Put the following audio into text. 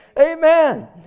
Amen